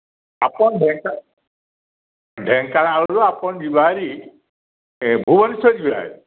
ଆପଣ ଢ଼େଙ୍କା ଢ଼େଙ୍କାନାଳରୁ ଆପଣ ଯିବା ଭାରି ଭୂବେନେଶ୍ଵର ଯିବା ଭାରି